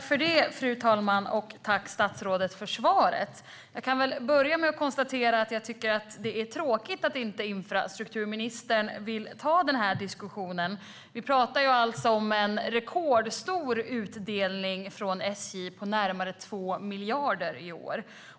Fru talman! Tack, statsrådet, för svaret! Jag kan börja med att konstatera att jag tycker att det är tråkigt att inte infrastrukturministern vill ta den här diskussionen. Vi pratar ju om en rekordstor utdelning från SJ på närmare 2 miljarder i år.